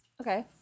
Okay